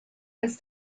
als